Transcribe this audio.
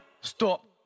stop